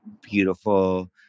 beautiful